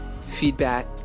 feedback